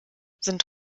sind